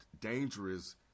dangerous